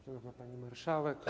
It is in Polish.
Szanowna Pani Marszałek!